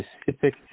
specific